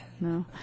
No